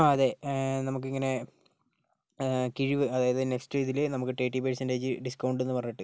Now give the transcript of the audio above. ആ അതേ നമുക്കിങ്ങനെ കിഴിവ് അതായത് നെക്സ്റ്റ് ഇതില് നമുക്ക് തേർട്ടി പേഴ്സൻ്റേജ് ഡിസ്കൗണ്ട് എന്ന് പറഞ്ഞിട്ട്